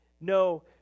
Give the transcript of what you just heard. No